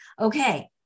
Okay